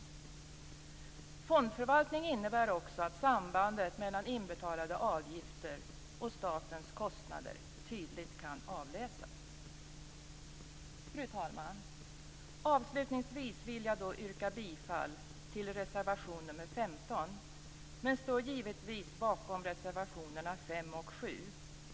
Fondförvaltning innebär också att sambandet mellan inbetalade avgifter och statens kostnader tydligt kan avläsas. Fru talman! Avslutningsvis vill jag yrka bifall till reservation nr 15. Jag står givetvis bakom reservationerna 5 och 7.